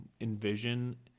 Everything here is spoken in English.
envision